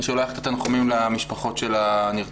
אני שולח את התנחומים למשפחות של הנרצחות.